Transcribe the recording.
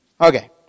Okay